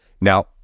Now